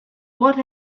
what